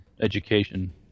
education